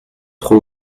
trop